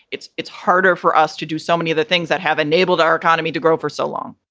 it's it's harder for us to do so many of the things that have enabled. our economy to grow for so long